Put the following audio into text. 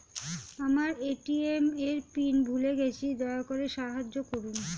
আমার এ.টি.এম এর পিন ভুলে গেছি, দয়া করে সাহায্য করুন